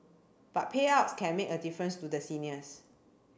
but payouts can make a difference to the seniors